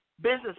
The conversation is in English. business